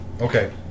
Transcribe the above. Okay